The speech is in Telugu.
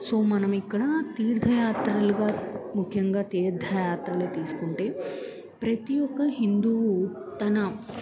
సో మనం ఇక్కడ తీర్థయాత్రలుగా ముఖ్యంగా తీర్థయాత్రలు తీసుకుంటే ప్రతి ఒక్క హిందూవు తన